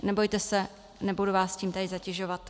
Nebojte se, nebudu vás tím teď zatěžovat.